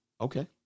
Okay